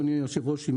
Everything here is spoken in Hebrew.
אדוני היושב ראש,